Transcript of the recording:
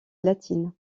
latine